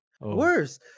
Worse